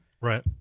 right